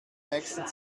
nächsten